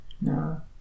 No